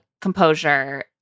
Composure